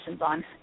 on